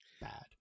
bad